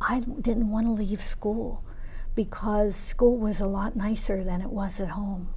i didn't want to leave school because goal was a lot nicer than it was at home